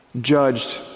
Judged